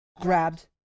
Grabbed